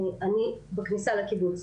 אני בכניסה לקיבוץ,